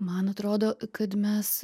man atrodo kad mes